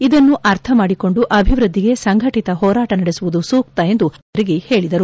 ಇದನ್ನು ಅರ್ಥಮಾಡಿಕೊಂಡು ಅಭಿವ್ವದ್ದಿಗೆ ಸಂಘಟಿತ ಹೋರಾಟ ನಡೆಸುವುದು ಸೂಕ್ತ ಎಂದು ಅಶೋಕ್ ಚಂದರಗಿ ಹೇಳಿದರು